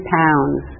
pounds